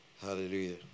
Hallelujah